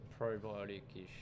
probiotic-ish